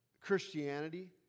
Christianity